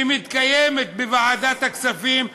שמתקיימים בוועדת הכספים,